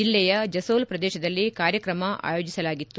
ಜಿಲ್ಲೆಯ ಜಸೋಲ್ ಪ್ರದೇಶದಲ್ಲಿ ಕಾರ್ಯಕ್ರಮ ಆಯೋಜಿಸಲಾಗಿತ್ತು